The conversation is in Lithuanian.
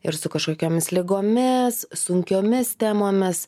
ir su kažkokiomis ligomis sunkiomis temomis